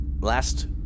Last